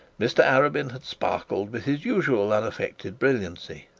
mr arabin had sparkled with his usual unaffected brilliancy,